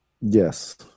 Yes